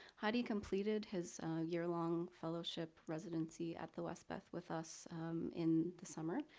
hadi completed his year-long fellowship residency at the westbeth with us in the summer,